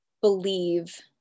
believe